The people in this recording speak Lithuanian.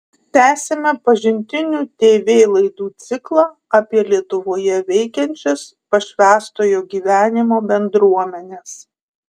tęsiame pažintinių tv laidų ciklą apie lietuvoje veikiančias pašvęstojo gyvenimo bendruomenes